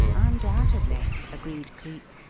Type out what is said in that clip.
undoubtedly, agreed cleek.